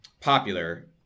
popular